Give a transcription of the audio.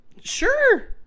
Sure